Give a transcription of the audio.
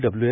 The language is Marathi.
डब्ल्यू